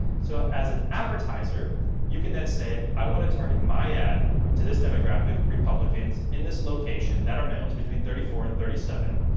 so as an advertiser you can then say, i want to target my ad to this demographic, republicans, in this location, that are males, between thirty four and thirty seven,